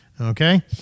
Okay